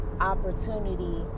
opportunity